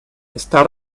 está